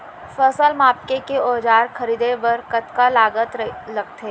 फसल मापके के औज़ार खरीदे बर कतका लागत लगथे?